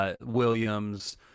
Williams